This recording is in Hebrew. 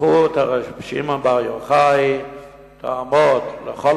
וזכות רבי שמעון בר יוחאי תעמוד לכל